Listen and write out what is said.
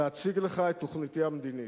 להציג לך את תוכניתי המדינית.